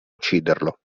ucciderlo